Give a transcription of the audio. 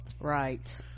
Right